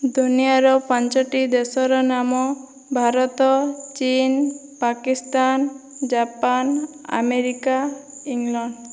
ଦୁନିଆର ପାଞ୍ଚଟି ଦେଶର ନାମ ଭାରତ ଚୀନ ପାକିସ୍ତାନ ଜାପାନ ଆମେରିକା ଇଂଲଣ୍ଡ